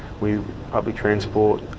with public transport,